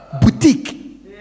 Boutique